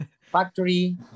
factory